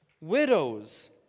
widows